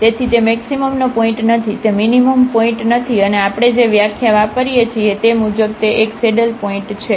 તેથી તે મેક્સિમમનો પોઇન્ટ નથી તે મીનીમમપોઇન્ટ નથી અને આપણે જે વ્યાખ્યા વાપરીએ છીએ તે મુજબ તે એક સેડલપોઇન્ટ છે